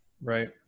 Right